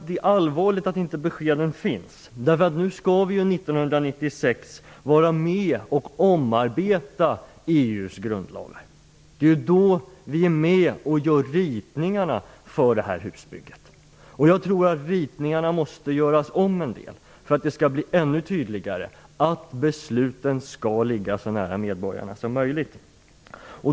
Det är allvarligt att det inte finns några besked, därför att vi skall ju 1996 vara med och omarbeta EU:s grundlagar. Det är ju då vi skall vara med och göra ritningarna för detta husbygge. Jag tror att ritningarna måste göras om en del för att det skall bli ännu tydligare att besluten skall ligga så nära medborgarna som möjligt.